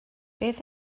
beth